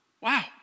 Wow